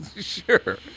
Sure